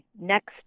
next